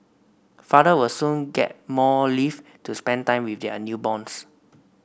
father will soon get more leave to spend time with their newborns